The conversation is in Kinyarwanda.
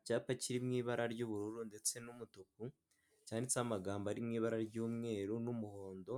Icyapa kiri mu ibara ry'ubururu ndetse n'umutuku cyanditseho amagambo ari mu ibara ry'umweru n'umuhondo